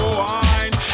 wine